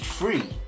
free